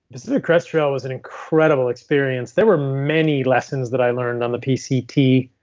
pacific crest trail was an incredible experience. there were many lessons that i learned on the pct